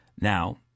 Now